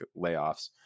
layoffs